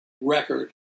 record